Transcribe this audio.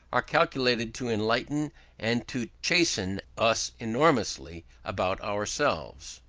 are calculated to enlighten and to chasten us enormously about ourselves.